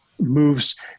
moves